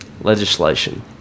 legislation